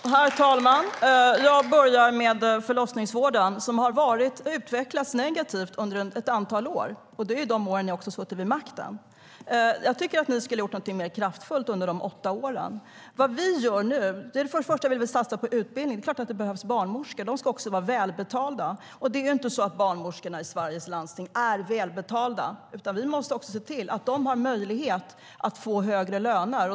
Herr talman! Jag börjar med förlossningsvården. Den har utvecklats negativt under ett antal år, de år ni suttit vid makten. Ni borde ha gjort något mer kraftfullt under era åtta år. För det första vill vi satsa på utbildning. Det är klart att det behövs barnmorskor. De ska också vara välbetalda. Barnmorskorna i Sveriges landsting är ju inte välbetalda, så vi måste se till att de har möjlighet att få högre lön.